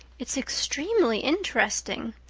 it's extremely interesting,